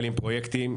פרויקטים.